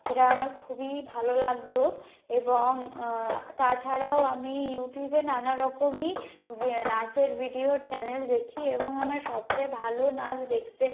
সেটা আমার খুবই ভালো লাগত এবং তাছাড়াও আমি ইউটিউবে নানা রকমই নাচের ভিডিওর চ্যানেল দেখি এবং আমার সবচেয়ে ভালো নাচ দেখতে